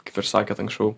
kaip ir sakėt anksčiau